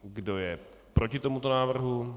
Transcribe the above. Kdo je proti tomuto návrhu?